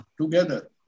Together